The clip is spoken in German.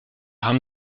haben